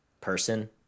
person